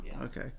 okay